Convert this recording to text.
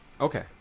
Okay